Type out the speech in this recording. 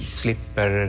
slipper